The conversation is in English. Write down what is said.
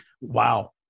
Wow